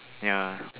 ya